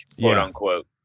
quote-unquote